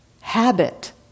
habit